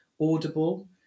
audible